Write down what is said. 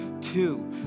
Two